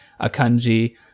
Akanji